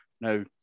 Now